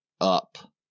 up